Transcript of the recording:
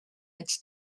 its